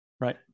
Right